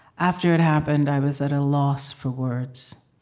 after it happened i was at a loss for words.